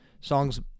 Songs